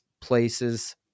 places